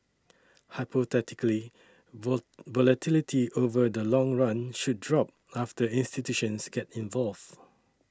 hypothetically volatility over the long run should drop after institutions get involved